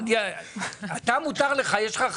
יושב ראש